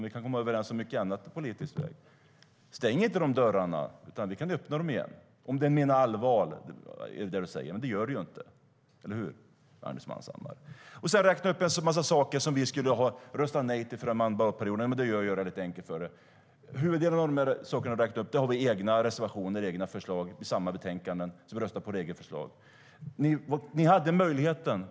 Vi kan komma överens om mycket i politisk väg. Stäng inte de dörrarna! Vi kan öppna dem igen, om du nu menar allvar med det du säger, Magnus Manhammar. Men det gör du inte, eller hur? Sedan räknar du upp en massa saker vi ska ha röstat nej till under förra mandatperioden. Det är att göra det väldigt enkelt för sig. I huvuddelen av det du räknade upp har vi egna reservationer och egna förslag i betänkandena, så vi har röstat på våra egna förslag.